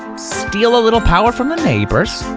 steal a little power from the neighbors,